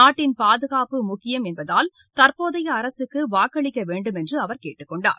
நாட்டின் பாதுகாப்பு முக்கியம் என்பதால் தற்போதைய அரசுக்கு வாக்களிக்க வேண்டும் என்று அவர் கேட்டுக் கொண்டார்